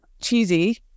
cheesy